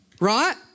Right